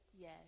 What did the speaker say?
Yes